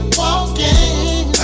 walking